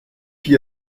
qui